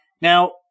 Now